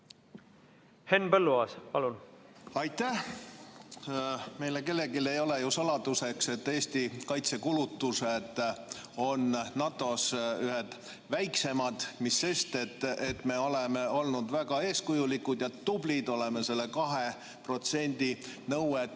Henn Põlluaas, palun! Aitäh! Meile kellelegi ei ole saladuseks, et Eesti kaitsekulutused on NATO‑s ühed väiksemad, mis sest, et me oleme olnud väga eeskujulikud ja tublid, oleme seda 2% nõuet